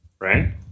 right